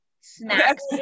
snacks